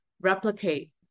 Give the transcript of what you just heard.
replicate